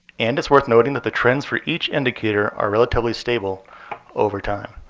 and it's worth noting that the trends for each indicator are relatively stable over time.